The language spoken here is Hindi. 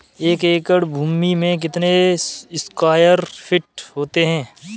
एक एकड़ भूमि में कितने स्क्वायर फिट होते हैं?